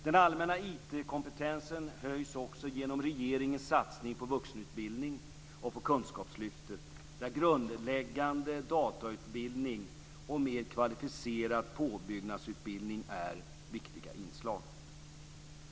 Den allmänna IT-kompetensen höjs också genom regeringens satsning på vuxenutbildning och på Kunskapslyftet, där grundläggande datorutbildning och mer kvalificerad påbyggnadsutbildning är viktiga inslag.